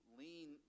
lean